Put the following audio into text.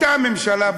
אותה ממשלה,